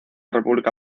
república